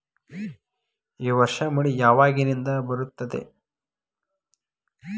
ಈ ವರ್ಷ ಮಳಿ ಯಾವಾಗಿನಿಂದ ಬರುತ್ತದೆ?